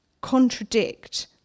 contradict